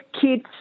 kids